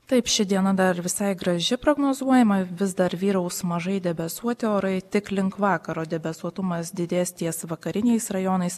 taip ši diena dar visai graži prognozuojama vis dar vyraus mažai debesuoti orai tik link vakaro debesuotumas didės ties vakariniais rajonais